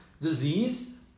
disease